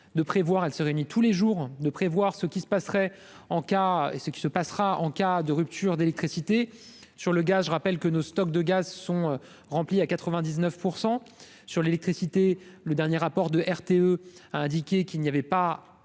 passerait en cas et ce qui se passera en cas de rupture d'électricité sur le gars, je rappelle que nos stocks de gaz sont remplis à 99 % sur l'électricité, le dernier rapport de RTE a indiqué qu'il n'y avait pas